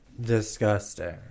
Disgusting